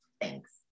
thanks